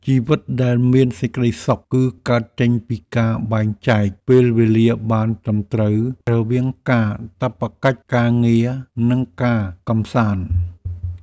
ជីវិតដែលមានសេចក្តីសុខ គឺកើតចេញពីការបែងចែកពេលវេលាបានត្រឹមត្រូវរវាងកាតព្វកិច្ចការងារនិងការកម្សាន្ត។